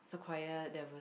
so quite there was